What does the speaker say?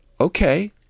okay